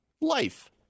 life